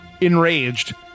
Enraged